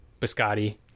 Biscotti